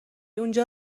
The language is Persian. اونجا